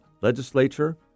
legislature